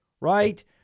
right